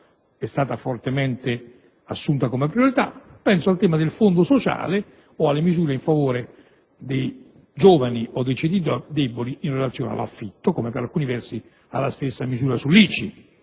è stata fortemente assunta come priorità, penso al tema del Fondo sociale o alle misure in favore dei giovani o dei ceti deboli in relazione all'affitto, come per alcuni versi alla stessa misura sull'ICI